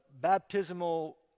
baptismal